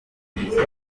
bituma